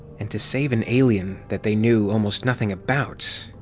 and to save an alien that they knew almost nothing about.